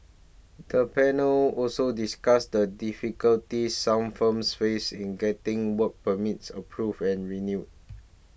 the panel also discussed the difficulties some firms faced in getting work permits approved and renewed